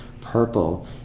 purple